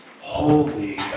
Holy